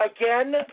Again